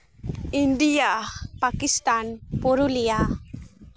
India Pakistan Purulia